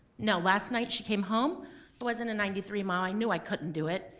now last night she came home, it wasn't a ninety three mom. i knew i couldn't do it,